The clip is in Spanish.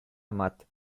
amat